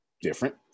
different